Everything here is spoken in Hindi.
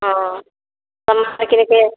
हाँ सामान किन के